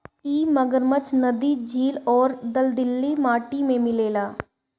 इ मगरमच्छ नदी, झील अउरी दलदली माटी में मिलेला